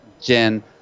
Jen